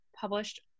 published